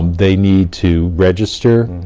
they need to register,